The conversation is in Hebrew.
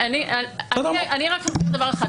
אני רק אומרת דבר אחד,